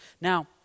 Now